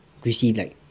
you see like